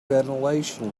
ventilation